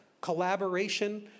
collaboration